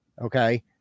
okay